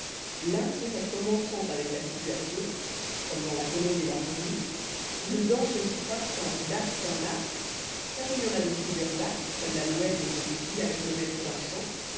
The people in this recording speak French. l'intérêt commençant avec la situation comme dans la de la fourmi le danger croissant d'acte en acte car il y en a de plu sieurs pactes comme l'alouette et ses petits avec le maître d'un champ